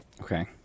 Okay